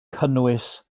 cynnwys